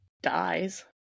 dies